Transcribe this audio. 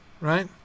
right